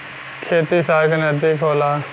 खेती सहर के नजदीक होला